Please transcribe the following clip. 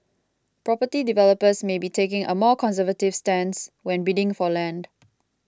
property developers may be taking a more conservative stance when bidding for land